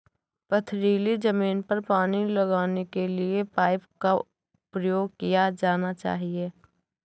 पथरीली ज़मीन पर पानी लगाने के किस पाइप का प्रयोग किया जाना चाहिए?